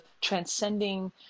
transcending